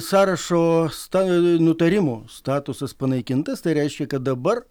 sąrašo sta nutarimo statusas panaikintas tai reiškia kad dabar